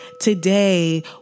Today